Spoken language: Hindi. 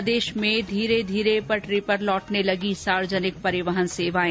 प्रदेश में धीरे धीरे पटरी पर लौटने लगी सार्वजनिक परिवहन सेवाएं